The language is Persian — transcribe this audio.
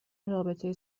رابطه